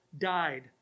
died